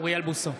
אוריאל בוסו,